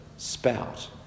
spout